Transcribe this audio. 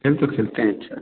friend तो खेलते हैं अच्छा